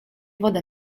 wodę